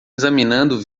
examinando